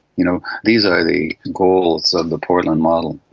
you know these are the goals of the portland model.